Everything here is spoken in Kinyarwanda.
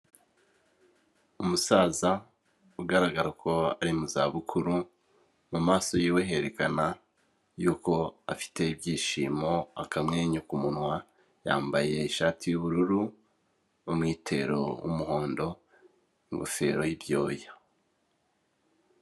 Umusaza ugaragara ko ari mu za bukuru mumaso yiwe herekana yuko afite ibyishimo akamwenyu ku munwa yambaye ishati y'ubururu umwitero w'umuhondo ingofero y'ibyoya.